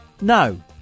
No